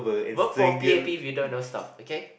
vote for p_a_p if you don't know stuff okay